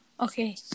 Okay